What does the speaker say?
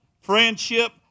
friendship